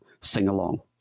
sing-along